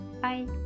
Bye